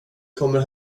kommer